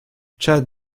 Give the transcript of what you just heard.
chad